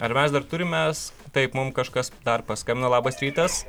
ar mes dar turim mes taip mum kažkas dar paskambino labas rytas